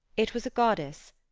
it was a goddess,